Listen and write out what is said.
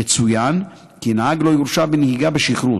יצוין כי נהג לא יורשע בנהיגה בשכרות,